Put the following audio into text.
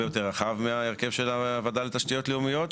יותר רחב מההרכב של הוועדה לתשתיות לאומיות.